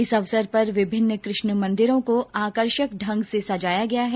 इस अवसर पर विभिन्न कृष्ण मंदिरों को आकर्षक ढंग से सजाया गया है